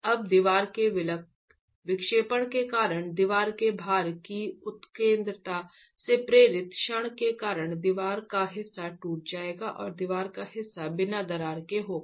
अब दीवार के विक्षेपण के कारण दीवार के भार की उत्केन्द्रता से प्रेरित क्षण के कारण दीवार का हिस्सा टूट जाएगा और दीवार का हिस्सा बिना दरार के रहेगा